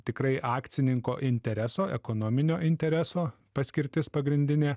tikrai akcininko intereso ekonominio intereso paskirtis pagrindinė